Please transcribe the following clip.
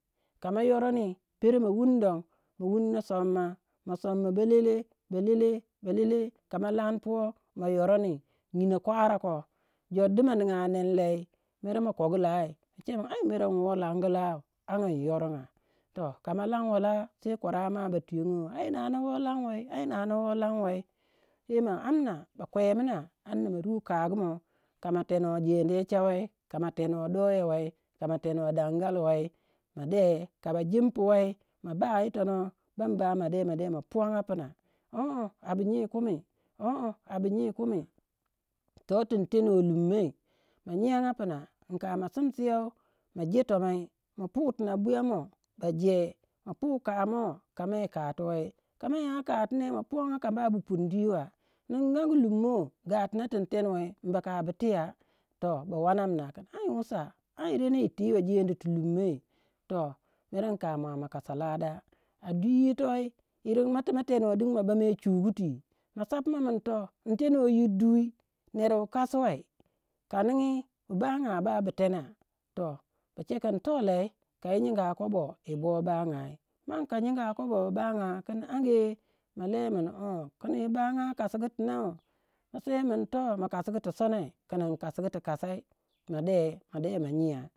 Ka ma yoroni pero ma wuni don ma wunno somma, ma somma ballele balele belele. Ka ma lan poh ma yoroni nyinou kwara koh jor du ma ninga nem lei mere ma kogu lau ma che min ai in woh langu lau angi in yoronga, toh kama lanwe lah se kwarama ba twiyongo ai nana woh lanwe se ma amna ba kwemina amna ma ru kogu moh ka ma tenoh jediya chai wei ka ma tenoh doya wei ka ma tenoh dankali wei ma de, ka bajimpi wei ma ba yitonuh bam ba ma de ma puwanga puma ooh obu nyi kumi ooh obu nyi kumi toh tin tenoh lummoi ma nyianga puma inka ma sisseu ma je tomai ma pu tyina buya mou ba je, ma pu komou ka me kotu wei, kama ya katu ne ma puwanga kamba bu pundi wa mi in angi lumo ga tina tin tenwei mbaka ba tiya toh ba wanam na kin anwusa anyi ren ni yi tiwei jedi tu lummoi toh mere mo mua makasa lada a dwi yitou yirin ma ti ma tenou din ma bame chuguti ma sa puma min toh intenwe yir dui nerwu kasuwei kaningi bu baga babu tena toh ba chekun toh lei kayi nyinga kobo yibo bagayai mangu ka nyinga kobo ba baga kin ange ma le kin ong kin yi bango kasu gu tinou ma se mun toh ma kasugu ti sonoi, kin ing kasugu ti kazai ma de ma de ma nyiya.